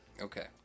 Okay